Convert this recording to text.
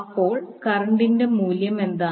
അപ്പോൾ കറന്റിന്റെ മൂല്യം എന്താണ്